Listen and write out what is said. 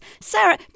Sarah